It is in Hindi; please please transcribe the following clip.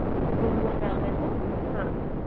जैसे गुम हो जाता तो हाँ